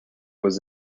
was